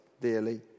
dearly